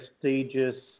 prestigious